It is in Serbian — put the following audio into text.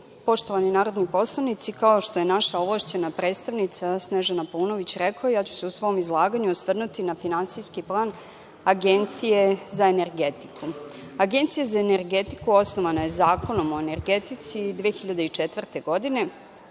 narodni poslanici, kao što je naša ovlašćena predstavnica Snežana Paunović rekla, ja ću se u svom izlaganju osvrnuti na finansijski plan Agencije za energetiku. Agencija za energetiku osnovana je Zakonom o energetici 2004. godine.